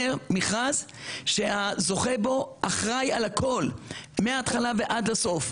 מכרז שהזוכה בו אחראי על הכל מההתחלה ועד הסוף,